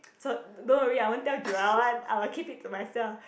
so don't worry I won't tell Joel one I will keep it to myself